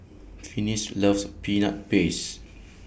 Finis loves Peanut Paste